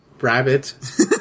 Rabbit